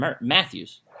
Matthews